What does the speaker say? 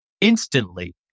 instantly